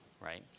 right